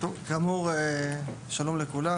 שלום לכולם.